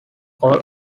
all